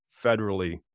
federally